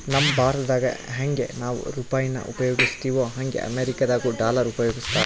ನಮ್ ಭಾರತ್ದಾಗ ಯಂಗೆ ನಾವು ರೂಪಾಯಿನ ಉಪಯೋಗಿಸ್ತಿವೋ ಹಂಗೆ ಅಮೇರಿಕುದಾಗ ಡಾಲರ್ ಉಪಯೋಗಿಸ್ತಾರ